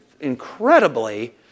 incredibly